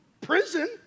prison